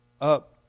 up